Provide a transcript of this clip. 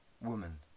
woman